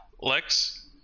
Lex